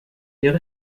ihre